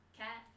cat